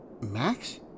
Max